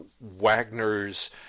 Wagner's